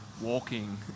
walking